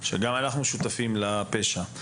שגם אנחנו שותפים לפשע.